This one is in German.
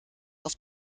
auf